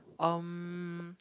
um